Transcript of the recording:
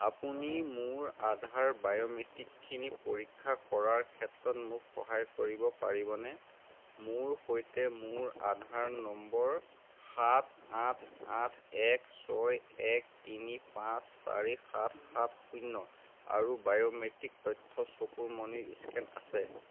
আপুনি মোৰ আধাৰ বায়োমেট্ৰিকখিনি পৰীক্ষা কৰাৰ ক্ষেত্ৰত মোক সহায় কৰিব পাৰিবনে মোৰ সৈতে মোৰ আধাৰ নম্বৰ সাত আঠ আঠ এক ছয় এক তিনি পাঁচ চাৰি সাত সাত শূন্য আৰু বায়োমেট্ৰিক তথ্য চকুৰ মণিৰ স্কেন আছে